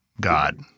God